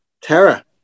tara